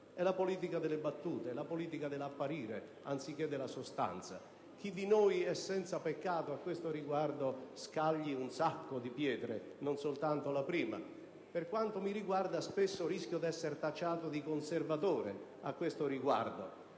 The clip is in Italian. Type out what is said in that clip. È la politica delle battute, dell'apparire anziché della sostanza. Chi di noi è senza peccato a questo riguardo scagli un sacco di pietre, non soltanto la prima. Per quanto mi riguarda, spesso rischio d'esser tacciato di essere conservatore a questo riguardo,